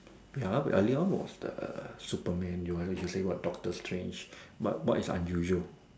ya lah that one was the Superman you want me to say what doctor strange but but it's unusual